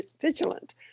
vigilant